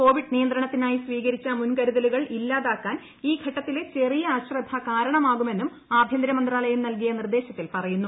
Covid നിയന്ത്രണത്തിനായി സ്വീകരിച്ച മുൻകരുതലുകൾ ഇല്ലാതാക്കാൻ ഈ ഘട്ടത്തിലെ ചെറിയ അശ്രദ്ധ കാരണമാകുമെന്നും ആഭ്യന്തര മന്ത്രാലയം നൽകിയ നിർദ്ദേശത്തിൽ പറയുന്നു